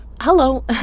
Hello